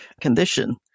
condition